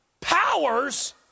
powers